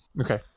okay